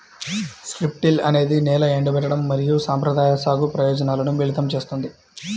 strip till అనేది నేల ఎండబెట్టడం మరియు సంప్రదాయ సాగు ప్రయోజనాలను మిళితం చేస్తుంది